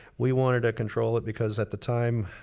we wanted to control it because, at the time,